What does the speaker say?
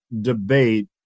debate